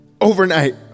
Overnight